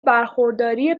برخورداری